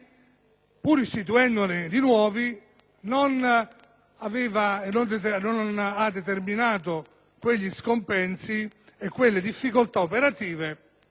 pur istituendone di nuovi non ha determinato quegli scompensi e quelle difficoltà operative